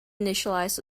initialized